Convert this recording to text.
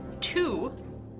two